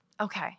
Okay